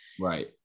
right